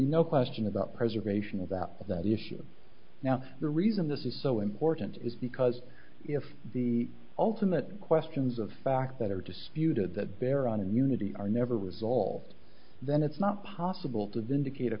be no question about preservation of that the issue now the reason this is so important is because if the ultimate questions of fact that are disputed that bear on immunity are never resolved then it's not possible to vindicate a